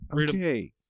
Okay